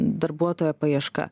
darbuotojo paieška